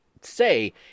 say